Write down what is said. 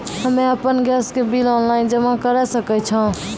हम्मे आपन गैस के बिल ऑनलाइन जमा करै सकै छौ?